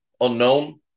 unknown